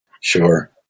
sure